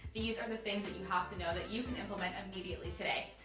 these are the things that you have to know that you can implement immediately today.